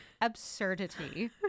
absurdity